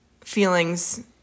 feelings